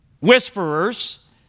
whisperers